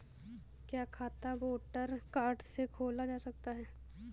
क्या खाता voter card से खोला जा सकता है?